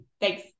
thanks